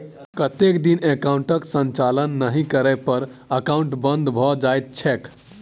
कतेक दिन एकाउंटक संचालन नहि करै पर एकाउन्ट बन्द भऽ जाइत छैक?